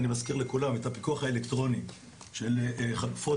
אני מזכיר לכולם את הפיקוח האלקטרוני של חלופות